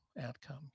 outcome